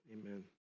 Amen